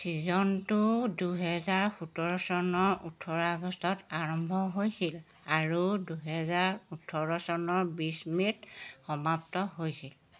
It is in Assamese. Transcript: ছিজনটো দুহেজাৰ সোতৰ চনৰ ওঠৰ আগষ্টত আৰম্ভ হৈছিল আৰু দুহেজাৰ ওঠৰ চনৰ বিছ মে'ত সমাপ্ত হৈছিল